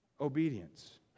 Obedience